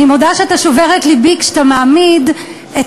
אני מודה שאתה שובר את לבי כשאתה מעמיד את